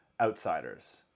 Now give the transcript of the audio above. outsiders